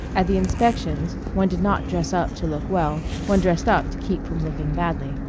at the inspections one did not dress up to look well, one dressed up to keep from looking badly.